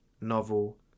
novel